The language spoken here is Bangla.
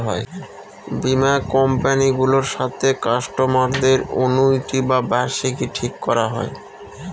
বীমা কোম্পানি গুলোর সাথে কাস্টমারদের অনুইটি বা বার্ষিকী ঠিক করা হয়